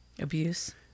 abuse